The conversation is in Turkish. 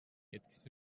etkisi